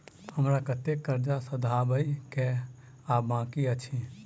हमरा कतेक कर्जा सधाबई केँ आ बाकी अछि?